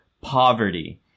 poverty